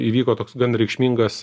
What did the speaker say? įvyko toks gan reikšmingas